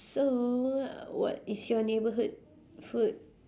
so what is your neighbourhood food